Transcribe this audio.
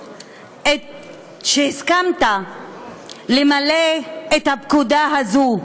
חבל שהסכמת למלא את הפקודה הזאת.